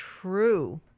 true